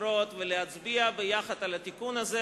אחרות ולהצביע ביחד על התיקון הזה,